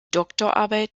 doktorarbeit